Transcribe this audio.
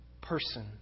Person